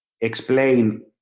explain